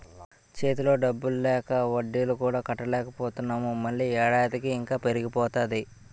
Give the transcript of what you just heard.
చేతిలో డబ్బు లేక వడ్డీలు కూడా కట్టలేకపోతున్నాము మళ్ళీ ఏడాదికి అప్పు ఇంకా పెరిగిపోతాది